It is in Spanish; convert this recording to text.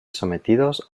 sometidos